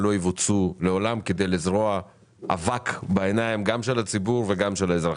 לא יבוצעו לעולם - כדי לזרוע אבק בעיניים גם של הציבור וגם של האזרחים.